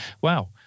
wow